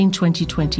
2020